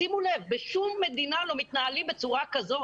שימו לב: בשום מדינה לא מתנהלים בצורה כזאת.